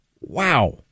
Wow